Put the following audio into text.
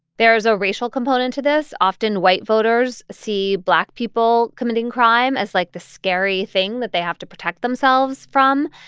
there's a racial component to this. often, white voters see black people committing crime as, like, the scary thing that they have to protect themselves from.